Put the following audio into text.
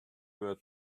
were